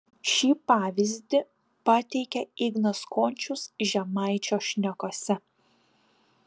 šį pavyzdį pateikia ignas končius žemaičio šnekose